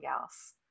else